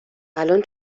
الان